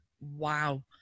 wow